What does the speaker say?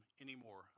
anymore